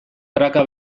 praka